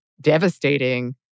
devastating